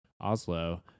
Oslo